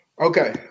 Okay